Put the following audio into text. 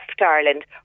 Ireland